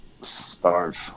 starve